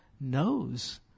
knows